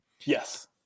Yes